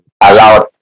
allowed